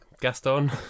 Gaston